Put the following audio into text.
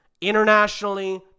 internationally